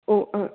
ꯑꯣ